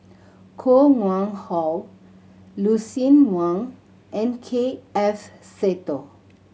Koh Nguang How Lucien Wang and K F Seetoh